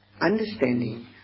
understanding